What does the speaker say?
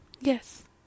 yes